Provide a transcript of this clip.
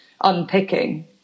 unpicking